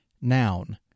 Noun